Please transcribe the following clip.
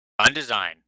Undesign